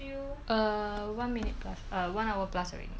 err one minute plus err one hour plus already